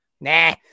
Nah